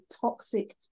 toxic